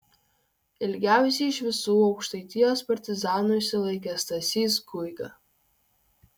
ilgiausiai iš visų aukštaitijos partizanų išsilaikė stasys guiga